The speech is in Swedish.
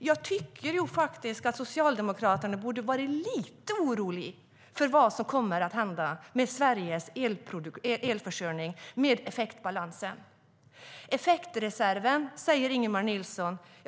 Jag tycker att Socialdemokraterna borde vara lite oroliga för vad som kommer att hända med Sveriges elförsörjning och effektbalansen. Effektreserven, säger Ingemar Nilsson.